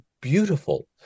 beautiful